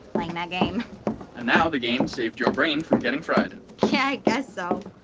playing that game. and now the game saved your brain from getting fried yeah, i guess so!